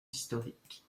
historiques